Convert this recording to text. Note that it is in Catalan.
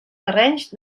terrenys